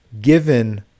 given